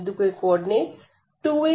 इस बिंदु के कोऑर्डिनेटस 2 a a है